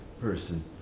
person